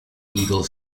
eagle